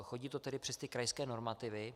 Chodí to tedy přes krajské normativy.